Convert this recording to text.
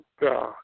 God